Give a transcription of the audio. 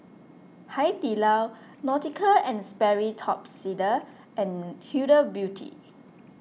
Hai Di Lao Nautica and Sperry Top Sider and Huda Beauty